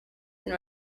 and